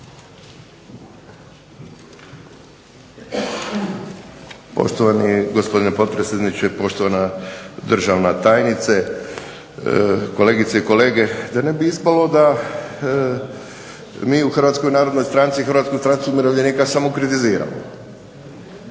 Poštovani gospodine potpredsjedniče, poštovana državna tajnice, kolegice i kolege. Da ne bi ispalo da mi u Hrvatskoj narodnoj stranci i Hrvatskoj stranci umirovljenika samo kritiziramo…